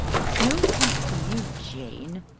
it's no thanks to you, jane,